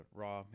raw